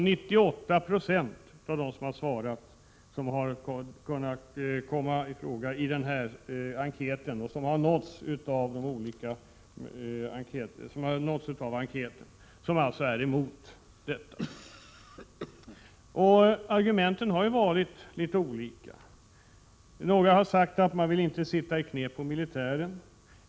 98 6 av dem som har svarat och som har nåtts av enkäten är emot detta! Argumenten har varit litet olika. Några har sagt att de inte vill sitta i knät på militären.